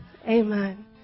Amen